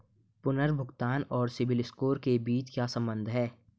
पुनर्भुगतान और CIBIL score के बीच क्या संबंध है?